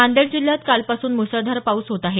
नांदेड जिल्ह्यात कालपासून मुसळधार पाऊस होत आहे